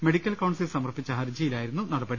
medical council സമർപ്പിച്ച ഹർജി യിലായിരുന്നു നടപടി